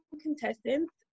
contestants